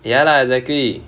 ya lah exactly